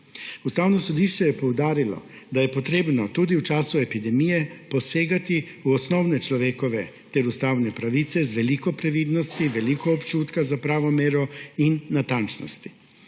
Ustavno sodišče je poudarilo, da je potrebno tudi v času epidemije posegati v osnovne človekove ter ustavne pravice z veliko previdnosti, veliko občutka za pravo mero in natančnosti.